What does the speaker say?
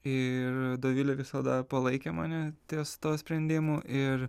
ir dovilė visada palaikė mane ties tuo sprendimu ir